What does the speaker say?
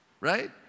Right